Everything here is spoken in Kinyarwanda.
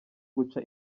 guca